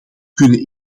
kunnen